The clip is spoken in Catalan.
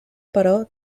però